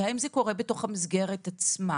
והאם זה קורה בתוך המסגרת עצמה?